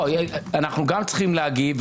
גם אנחנו צריכים להגיב.